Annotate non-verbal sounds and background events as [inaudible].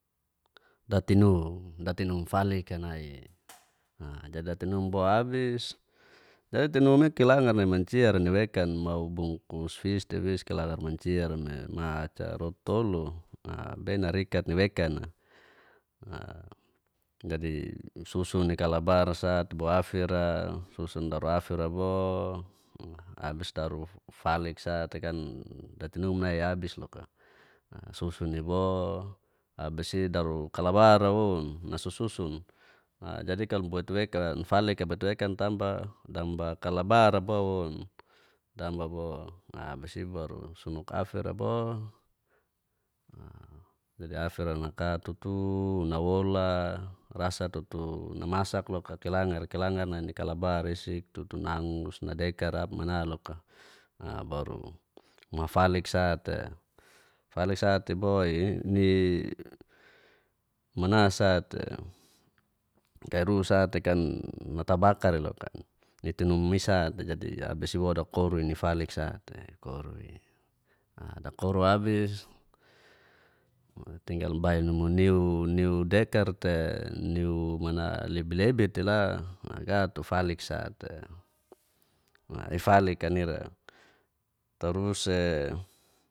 Datinu, datinungfali kanai dadatinung bo abis, jadi datinung'i kilangar nai manciara nai wekan mau bungkus fistewis kelalar manciara nai ma'ca roti tolu [hesitation] benarikatni wekan. Jadi susun kalabarsat buafir'a susun daroafir'a bo abis taru faliksa te kan datinum nai abis loka susuni bo abis'i daru kalabara wo nasu susun, jadi kalu [unintelligible] falika batuwekan tamba damba kalabara'wo [unintelligible] abis'i baru sunuka'fira bo, jadi a'fira naka tutu nawola rasa tutu namasak loka kelangar-kelangar nai'i kalabaresi tutunangrus nadekara mana loka [hesitation] baru mafaliksa te faliksa te bo'i ni, [hesitation] mana sa tei kairu sa tekan, matabakarai loka, nitinumisa'te jadi abis'i wadokori nifalik sa te kor'i. Dakoro abis tinggal bainu muniu, niu dekar'te niu mana lebe-lebe te la naka tufaliksa te, nifalikra ira. Tarus'e